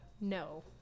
no